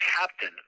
captain